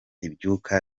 ibyuka